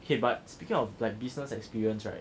okay but speaking of like business experience right